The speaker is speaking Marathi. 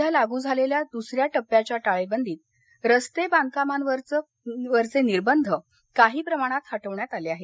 सध्या लागू झालेल्या दूसऱ्या टप्प्याच्या टाळेबंदीत रस्ते बांधकामावरचे निर्बंध काही प्रमाणात हटवण्यात आले आहेत